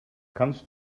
kannst